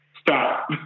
stop